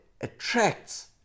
attracts